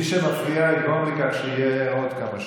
משמיץ, מטנף, תודה,